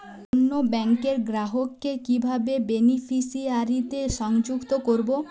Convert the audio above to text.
অন্য ব্যাংক র গ্রাহক কে কিভাবে বেনিফিসিয়ারি তে সংযুক্ত করবো?